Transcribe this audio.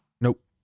Nope